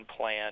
plan